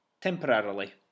temporarily